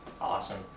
awesome